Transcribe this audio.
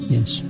Yes